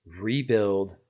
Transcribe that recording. rebuild